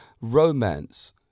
romance